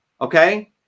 okay